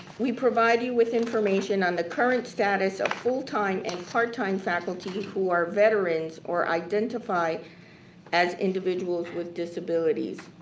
we provide you with information on the current status of full-time and part-time faculty who are veterans or identify as individuals with disabilities.